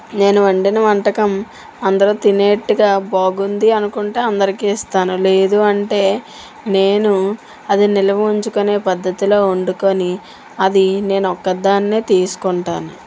నేను వండిన వంటకం అందరు తినేటట్టుగా బాగుంది అనుకుంటే అందరికి ఇస్తాను లేదంటే నేను అది నిలువ ఉంచుకునే పద్ధతిలో వండుకొని అది నేను ఒక దాన్ని తీసుకుంటాను